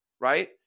Right